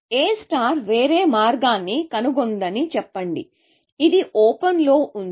A వేరే మార్గాన్ని కనుగొందని చెప్పండి ఇది ఓపెన్ లో ఉంది